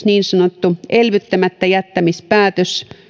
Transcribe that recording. niin sanottu elvyttämättäjättämispäätös